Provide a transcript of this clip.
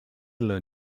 learn